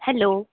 hello